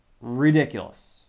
ridiculous